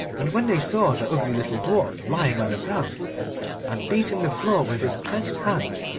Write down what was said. and when they saw the ugly little dwarf lying on the ground and beating the floor with his clenched hands,